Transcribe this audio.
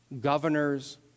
governors